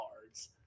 cards